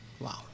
Wow